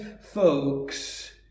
folks